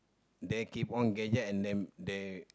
they keep on gadget and then they